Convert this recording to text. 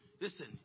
Listen